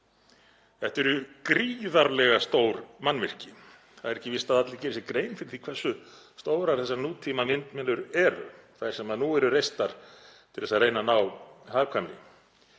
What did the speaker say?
Þetta eru gríðarlega stór mannvirki. Það er ekki víst að allir geri sér grein fyrir því hversu stórar þessar nútímavindmyllur eru, þær sem nú eru reistar til að reyna að ná hagkvæmni;